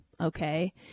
Okay